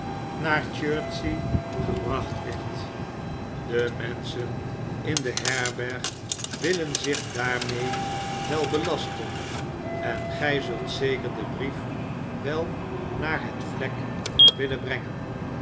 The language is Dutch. naar chertsey gebracht werd de menschen in de herberg willen zich daarmee wel belasten en gij zult zeker den brief wel naar het vlek willen brengen